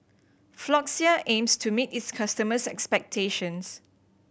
Floxia aims to meet its customers' expectations